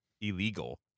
illegal